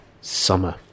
summer